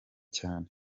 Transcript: cyane